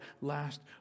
last